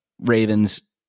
Ravens